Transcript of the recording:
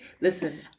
Listen